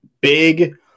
big